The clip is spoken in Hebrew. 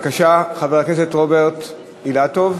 חבר הכנסת רוברט אילטוב,